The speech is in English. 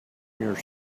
your